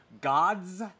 gods